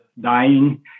dying